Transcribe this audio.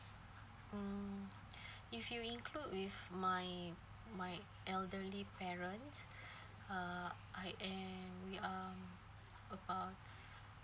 mm if you include with my my elderly parents uh I am um about